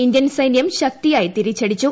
Indian സൈന്യം ശക്തിയായി തിരിച്ചടിച്ചു